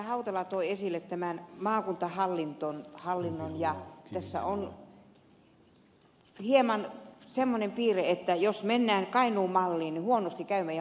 hautala toi esille tämän maakuntahallinnon ja tässä on hieman semmoinen piirre että jos mennään kainuun malliin niin huonosti käy meidän maakunnille